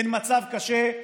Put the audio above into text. הן מצב קשה,